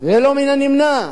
לא מן הנמנע.